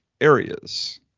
areas